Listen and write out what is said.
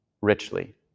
richly